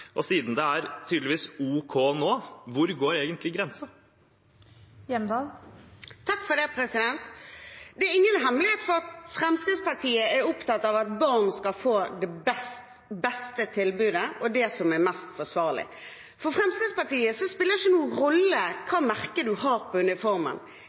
Og siden det tydeligvis er ok nå: Hvor går egentlig grensen? Det er ingen hemmelighet at Fremskrittspartiet er opptatt av at barn skal få det beste tilbudet og det som er mest forsvarlig. For Fremskrittspartiet spiller det ikke noen rolle